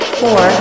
four